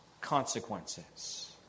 consequences